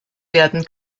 werden